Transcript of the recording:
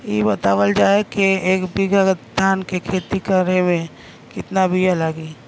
इ बतावल जाए के एक बिघा धान के खेती करेमे कितना बिया लागि?